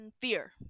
fear